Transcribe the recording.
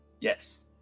Yes